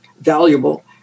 valuable